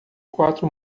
quatro